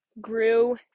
grew